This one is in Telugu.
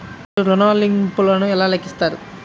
మీరు ఋణ ల్లింపులను ఎలా లెక్కిస్తారు?